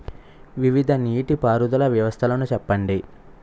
వివిధ నీటి పారుదల వ్యవస్థలను చెప్పండి?